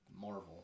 Marvel